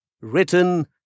Written